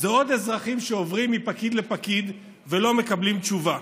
עוד אזרחים שעוברים מפקיד לפקיד ולא מקבלים תשובה.